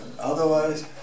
Otherwise